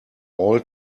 all